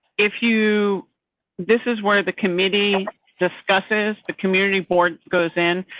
if you this is where the committee discusses, the community board goes in,